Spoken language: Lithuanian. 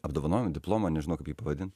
apdovanojimo diplomą nežinau kaip pavadint